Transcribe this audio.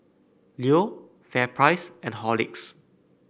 Leo FairPrice and Horlicks